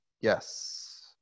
yes